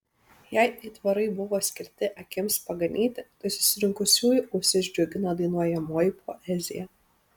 jei aitvarai buvo skirti akims paganyti tai susirinkusiųjų ausis džiugina dainuojamoji poezija